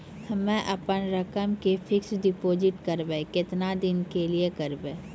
हम्मे अपन रकम के फिक्स्ड डिपोजिट करबऽ केतना दिन के लिए करबऽ?